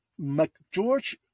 McGeorge